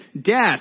death